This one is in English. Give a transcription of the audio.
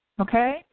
okay